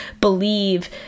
believe